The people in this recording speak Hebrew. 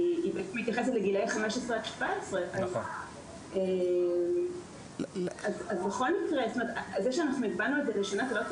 היא מתייחסת לגילי 17-15. זה שהבנו את זה --- זה רק